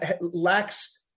lacks